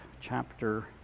chapter